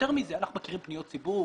יותר מזה, אנחנו מכירים פניות ציבור,